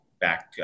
back